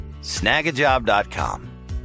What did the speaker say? snagajob.com